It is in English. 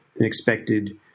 expected